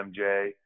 MJ